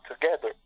together